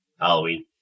Halloween